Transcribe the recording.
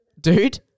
Dude